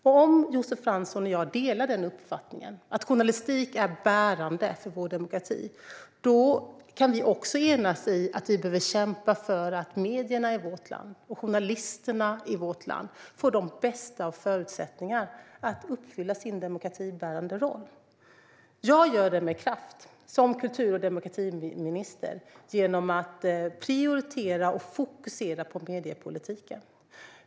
Om Josef Fransson och jag delar uppfattningen att journalistik är bärande för vår demokrati kan vi också enas om att vi behöver kämpa för att medierna och journalisterna i vårt land får de bästa förutsättningarna att uppfylla sin demokratibärande roll. Jag gör det med kraft som kultur och demokratiminister genom att prioritera och fokusera på mediepolitiken.